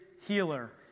healer